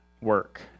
work